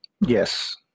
Yes